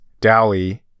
DALI